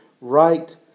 right